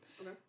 Okay